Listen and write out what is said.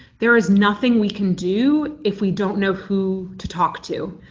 there is nothing we can do if we don't know who to talk to.